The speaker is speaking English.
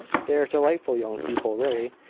they are delightful young people, really,